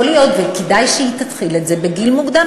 יכול להיות, וכדאי שהיא תתחיל את זה בגיל מוקדם.